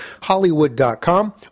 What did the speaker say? hollywood.com